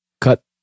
Cut